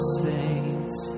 saints